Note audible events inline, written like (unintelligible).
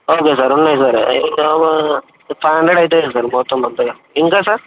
okay sir ఉన్నాయి sir (unintelligible) five hundred అవుతాయి sir మొత్తం అంతగా ఇంకా సార్